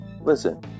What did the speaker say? listen